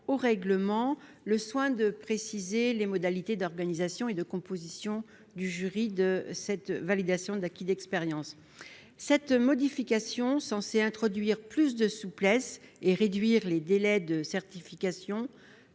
au règlement le soin de préciser les modalités d'organisation et de composition des jurys de validation des acquis de l'expérience. Cette modification censée introduire plus de souplesse et réduire les délais de certification